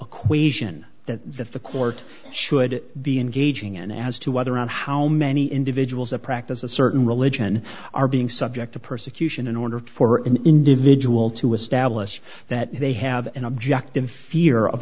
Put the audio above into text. equation that the court should be engaging in as to whether and how many individuals a practice a certain religion are being subject to persecution in order for an individual to establish that they have an objective fear of